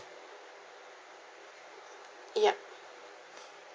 yup